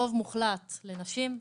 רוב מוחלט לנשים,